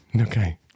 Okay